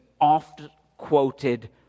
oft-quoted